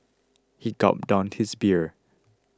he gulped down his beer